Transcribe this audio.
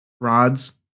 rods